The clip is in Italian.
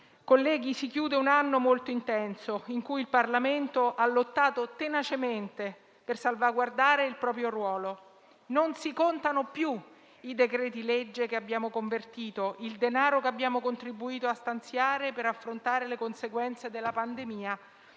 Colleghi, si chiude un anno molto intenso, in cui il Parlamento ha lottato tenacemente per salvaguardare il proprio ruolo. Non si contano più i decreti-legge che abbiamo convertito e il denaro che abbiamo contribuito a stanziare per affrontare le conseguenze della pandemia